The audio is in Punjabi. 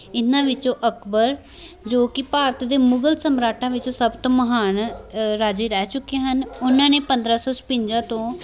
ਇਹਨਾਂ ਵਿੱਚੋਂ ਅਕਬਰ ਜੋ ਕਿ ਭਾਰਤ ਦੇ ਮੁਗਲ ਸਮਰਾਟਾਂ ਵਿੱਚੋਂ ਸਭ ਤੋਂ ਮਹਾਨ ਰਾਜੇ ਰਹਿ ਚੁੱਕੇ ਹਨ ਉਹਨਾਂ ਨੇ ਪੰਦਰਾਂ ਸੌ ਛਪੰਜਾ ਤੋਂ